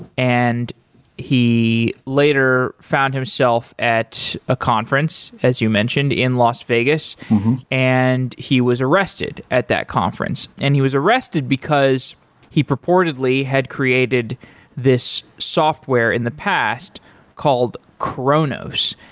and he later found himself at a conference, as you mentioned in las vegas and he was arrested at that conference. and he was arrested, because he purportedly had created this software in the past called kronos.